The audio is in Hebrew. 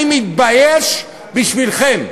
אני מתבייש בשבילכם.